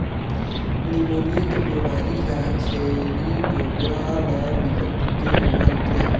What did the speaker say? pneumonia के बेमारी ह छेरी बोकरा ल बिकट के होथे